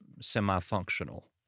semi-functional